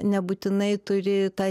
nebūtinai turi tą